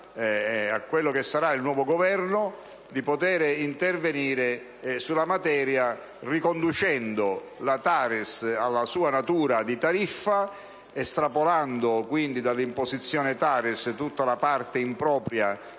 a quello che sarà il nuovo Governo di poter intervenire sulla materia riconducendo la TARES alla sua natura di tariffa, estrapolando quindi dall'imposizione TARES tutta la parte impropria